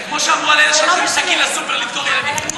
זה כמו שאמרו על אלה שהלכו עם סכין לסופר לדקור ילדים.